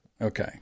Okay